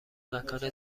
مکان